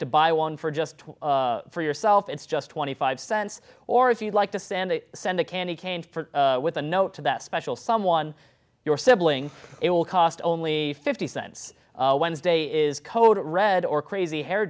buy one for just for yourself it's just twenty five cents or if you'd like to send send a candy cane with a note to that special someone your sibling it will cost only fifty cents wednesday is code red or crazy hair